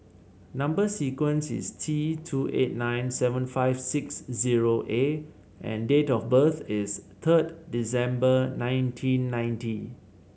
number sequence is T two eight nine seven five six zero A and date of birth is third December nineteen ninety